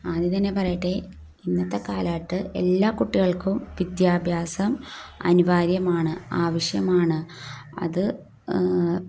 ആദ്യം തന്നെ പറയട്ടെ ഇന്നത്തെ കാലഘട്ടത്തിൽ എല്ലാ കുട്ടികൾക്കും വിദ്യാഭ്യാസം അനിവാര്യമാണ് ആവശ്യമാണ് അത്